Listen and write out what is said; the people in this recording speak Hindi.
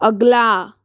अगला